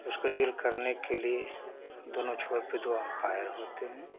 उसमें डील करने के लिए दोनों छोर पर अंपायर होते हैं